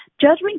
Judgment